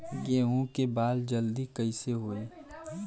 गेहूँ के बाल जल्दी कईसे होई?